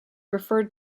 referred